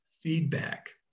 feedback